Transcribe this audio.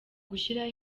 gushyiraho